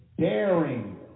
daring